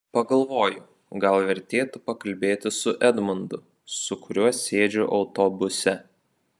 pagalvoju gal vertėtų pakalbėti su edmundu su kuriuo sėdžiu autobuse